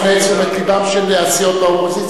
נפנה את תשומת לבן של הסיעות באופוזיציה,